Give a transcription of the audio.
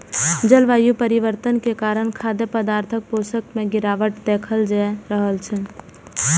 जलवायु परिवर्तन के कारण खाद्य पदार्थक पोषण मे गिरावट देखल जा रहल छै